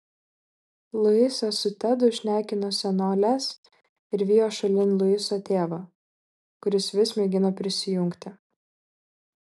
luisas su tedu šnekino senoles ir vijo šalin luiso tėvą kuris vis mėgino prisijungti